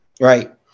Right